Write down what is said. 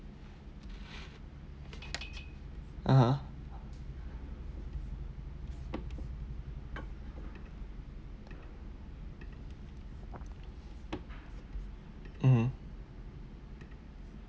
(uh huh) mmhmm